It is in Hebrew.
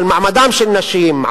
על מעמדן של נשים,